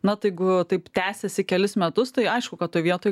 na jeigu taip tęsiasi kelis metus tai aišku kad toj vietoj